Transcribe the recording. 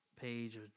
page